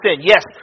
Yes